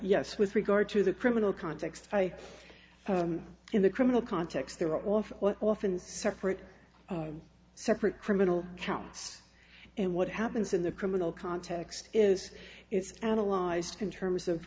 yes with regard to the criminal context faith in the criminal context they're off often separate separate criminal counts and what happens in the criminal context is it's analyzed in terms of